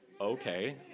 Okay